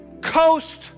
coast